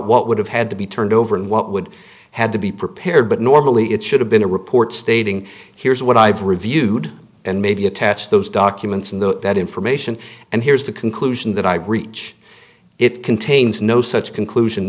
what would have had to be turned over and what would have to be prepared but normally it should have been a report stating here's what i've reviewed and maybe attach those documents in that that information and here's the conclusion that i reach it contains no such conclusion